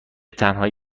تنهایی